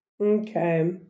Okay